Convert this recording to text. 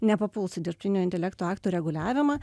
nepapuls į dirbtinio intelekto aktų reguliavimą